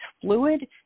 fluid